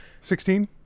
Sixteen